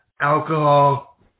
alcohol